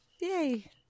Yay